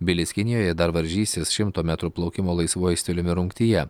bilis kinijoje dar varžysis šimto metrų plaukimo laisvuoju stiliumi rungtyje